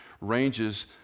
ranges